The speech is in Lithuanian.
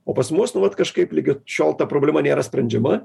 o pas mus nu vat kažkaip ligi šiol ta problema nėra sprendžiama